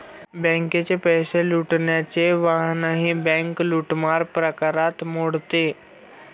बँकेचे पैसे लुटण्याचे वाहनही बँक लूटमार प्रकारात मोडते